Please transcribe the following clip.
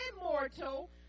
immortal